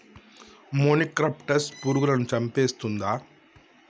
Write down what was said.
మొనిక్రప్టస్ పురుగులను చంపేస్తుందా?